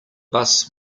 bus